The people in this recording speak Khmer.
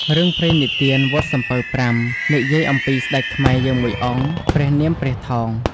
រឿងព្រេងនិទាន «វត្តសំពៅប្រាំ» និយាយអំពីស្ដេចខ្មែរយើងមួយអង្គ ព្រះនាមព្រះថោង ។